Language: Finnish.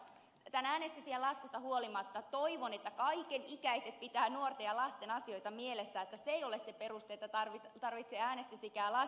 mutta tämän äänestysiän laskusta huolimatta toivon että kaiken ikäiset pitävät nuorten ja lasten asioita mielessään että se ei ole se peruste että tarvitsee äänestysikää laskea